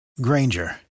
Granger